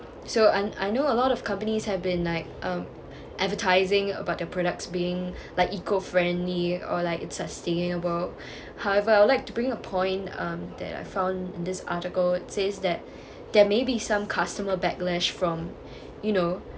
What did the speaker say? so I I know a lot of companies have been like um advertising about their products being like eco-friendly or like it's sustainable however I would like to bring a point um that I found this article says that there may be some customer backlash from you know